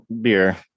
beer